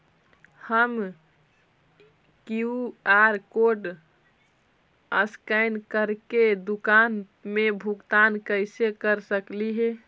हम QR code scan करके दुकान में भुगतान कैसे कर सकली हे?